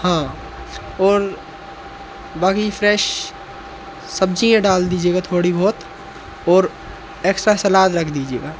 हाँ और बाकी फ्रेश सब्जियाँ डाल दीजिएगा थोड़ी बहुत और एक्स्ट्रा सलाद रख दीजिएगा